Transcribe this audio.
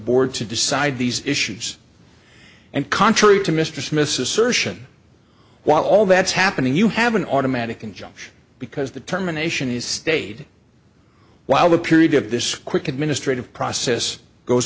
board to decide these issues and contrary to mr smith's assertion while all that's happening you have an automatic injunction because the terminations stayed while the period of this quick administrative process goes